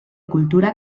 cultura